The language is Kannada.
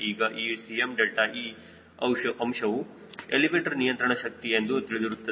ಈಗ ಈ Cme ಅಂಶವು ಎಲಿವೇಟರ್ ನಿಯಂತ್ರಣ ಶಕ್ತಿ ಎಂದು ತಿಳಿದಿರುತ್ತದೆ